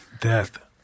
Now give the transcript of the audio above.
death